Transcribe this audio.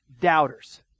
Doubters